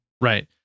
Right